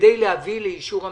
כדי להביא לאישור הממשלה?